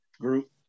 group